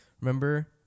Remember